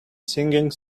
singing